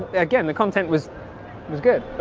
again, the content was was good.